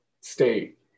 State